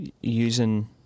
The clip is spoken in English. using